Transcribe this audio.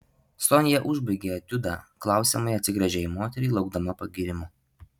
sonia užbaigė etiudą klausiamai atsigręžė į moterį laukdama pagyrimo